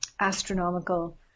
astronomical